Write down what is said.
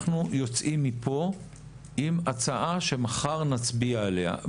אנחנו יוצאים מכאן עם הצעה שמחר נצביע עליה.